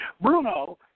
Bruno